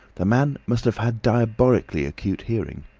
the man must have had diabolically acute hearing.